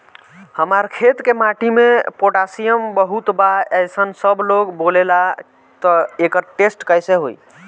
हमार खेत के माटी मे पोटासियम बहुत बा ऐसन सबलोग बोलेला त एकर टेस्ट कैसे होई?